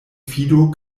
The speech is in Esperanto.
fido